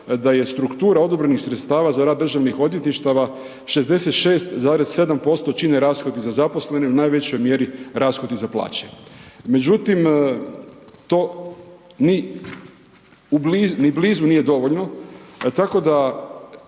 da je struktura odobrenih sredstava za rad državnih odvjetništava 66,7% čine rashodi za zaposlene, u najvećoj mjeri rashodi za plaće. Međutim to ni blizu nije dovoljno, tako da